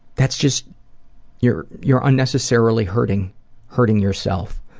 that's just you're you're unnecessarily hurting hurting yourself.